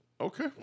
Okay